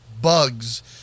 bugs